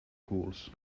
pools